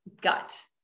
gut